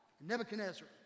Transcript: Nebuchadnezzar